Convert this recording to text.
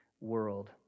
world